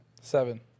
Seven